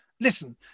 Listen